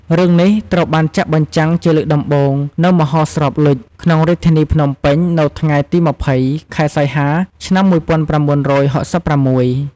រឿងនេះត្រូវបានចាក់បញ្ចាំងជាលើកដំបូងនៅមហោស្រពលុច្ស ក្នុង រាជធានីភ្នំពេញ នៅថ្ងៃទី២០ ខែសីហា ឆ្នាំ១៩៦៦។